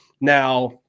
now